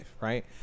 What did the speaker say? right